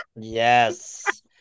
Yes